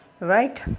Right